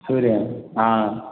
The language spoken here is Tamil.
சூர்யா ஆ